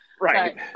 Right